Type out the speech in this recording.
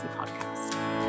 Podcast